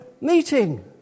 meeting